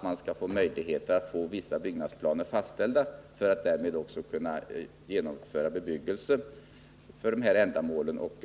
det gäller möjligheter att få vissa byggnadsplaner fastställda för att därmed också kunna genomföra bebyggelse för de ändamål det gäller.